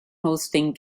hosting